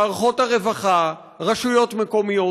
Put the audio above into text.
מערכות הרווחה, רשויות מקומיות.